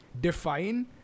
define